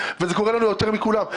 וזה קורה לנו יותר מאשר לכולם.